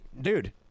dude